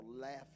laughing